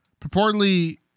purportedly